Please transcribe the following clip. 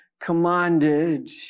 commanded